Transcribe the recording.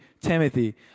Timothy